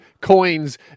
coins